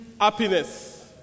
happiness